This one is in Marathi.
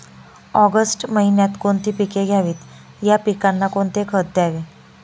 ऑगस्ट महिन्यात कोणती पिके घ्यावीत? या पिकांना कोणते खत द्यावे?